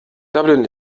dublin